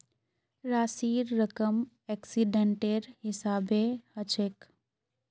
राशिर रकम एक्सीडेंटेर हिसाबे हछेक